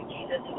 Jesus